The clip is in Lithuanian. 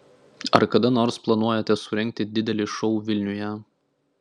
ar kada nors planuojate surengti didelį šou vilniuje